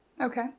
Okay